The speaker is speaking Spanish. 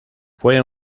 fue